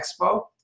Expo